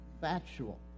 factual